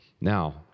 Now